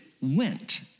went